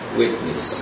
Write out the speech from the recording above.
witness